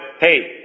hey